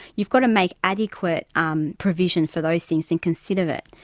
you've got to make adequate um provision for those things and consider it.